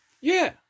Yeah